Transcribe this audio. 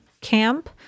Camp